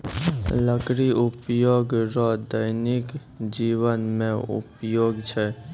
लकड़ी उपयोग रो दैनिक जिवन मे उपयोग छै